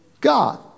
God